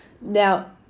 Now